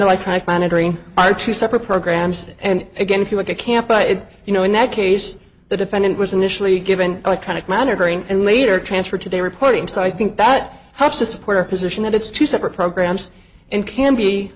tried monitoring are two separate programs and again if you look at camp but you know in that case the defendant was initially given electronic monitoring and later transferred today reporting so i think that helps to support our position that it's two separate programs and can be